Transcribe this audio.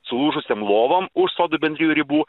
sulūžusiom lovom už sodų bendrijų ribų